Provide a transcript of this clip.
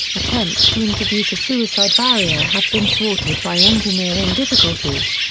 attempts to introduce a suicide barrier have been thwarted by engineering difficulties,